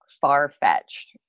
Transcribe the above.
far-fetched